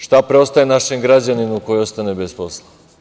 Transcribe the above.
Šta preostaje našim građaninu koji ostane bez posla?